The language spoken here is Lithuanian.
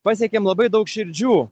pasiekėm labai daug širdžių